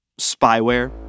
Spyware